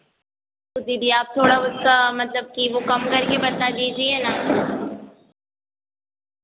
तो दीदी आप थोड़ा उसका मतलब कि वह कम करके बता दीजिए ना